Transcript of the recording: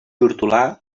hortolà